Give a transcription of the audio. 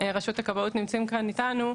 רשות הכבאות נמצאים כאן אתנו,